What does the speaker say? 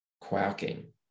quacking